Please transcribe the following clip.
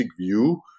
view